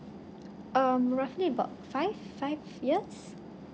um roughly about five five years